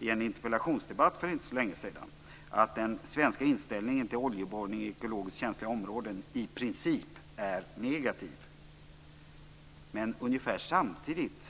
I en interpellationsdebatt för inte så länge sedan poängterade miljöministern att den svenska inställningen till oljeborrning i ekologiskt känsliga områden i princip är negativ. Men ungefär samtidigt,